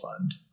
Fund